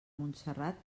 montserrat